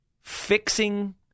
fixing